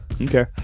Okay